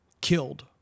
killed